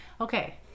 Okay